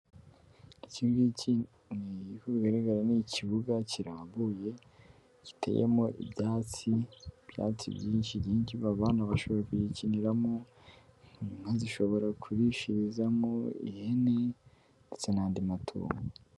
Iki ngiki, uko bigaragara ni ikibuga kirambuye, giteyemo ibyatsi, ibyatsi byinshi, abana bashobora kugikiniramo, inka zishobora kurishirizamo, ihene ndetse n'andi matungo.